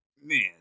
Man